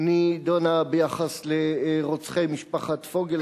נדונה ביחס לרוצחי בני משפחת פוגל,